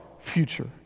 future